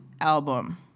album